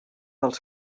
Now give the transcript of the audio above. als